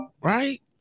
right